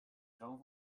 zoon